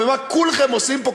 ומה כולכם עושים פה,